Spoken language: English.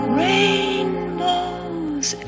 rainbows